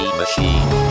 machine